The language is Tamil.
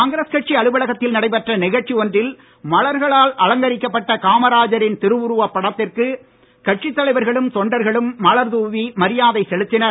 காங்கிரஸ் கட்சி அலுவலகத்தில் நடைபெற்ற நிகழ்ச்சி ஒன்றில் மலர்களால் அலங்கரிக்கப்பட்ட காமராஜரின் திருவுருவப் படத்திற்கு கட்சி தலைவர்களும் தொண்டர்களும் மலர் தாவி மரியாதை செலுத்தினர்